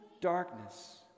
darkness